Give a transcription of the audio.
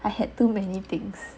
I had too many things